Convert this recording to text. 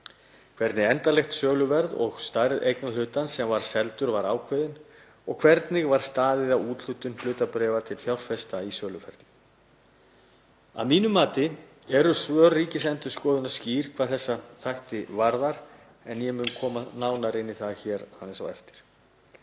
hvernig endanlegt söluverð og stærð eignarhlutarins sem var seldur voru ákveðin og hvernig staðið var að úthlutun hlutabréfa til fjárfesta í söluferlinu. Að mínu mati eru svör ríkisendurskoðanda skýr hvað þessa þætti varðar en ég mun koma nánar inn á það hér á eftir.